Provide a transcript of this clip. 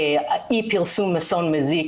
אי פרסום מזון מזיק